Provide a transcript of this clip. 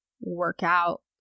workout